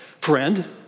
friend